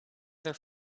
their